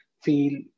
feel